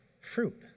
fruit